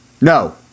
No